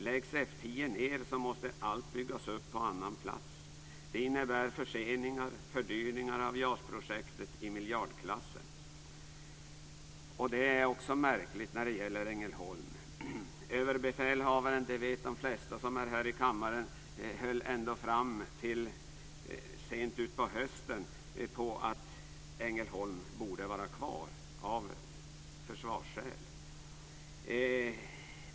Om F 10 läggs ned måste allt byggas upp på annan plats. Det innebär förseningar och fördyringar i miljardklassen av JAS-projektet. Det är också märkligt när det gäller Ängelholm. Överbefälhavaren - det vet de flesta som är här i kammaren - tyckte ända fram till sent på hösten att Ängelholm borde vara kvar av försvarsskäl.